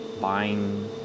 buying